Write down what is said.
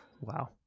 Wow